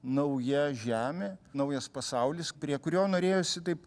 nauja žemė naujas pasaulis prie kurio norėjosi taip